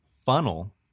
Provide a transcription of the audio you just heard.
funnel